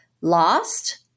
lost